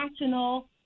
national